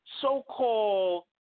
So-called